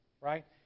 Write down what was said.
right